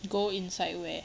go inside where